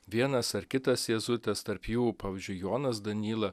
vienas ar kitas jėzuitas tarp jų pavyzdžiui jonas danyla